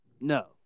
No